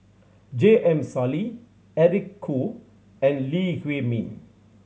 J M Sali Eric Khoo and Lee Huei Min